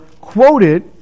quoted